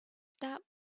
stop